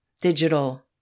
digital